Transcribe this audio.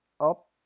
up